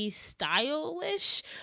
stylish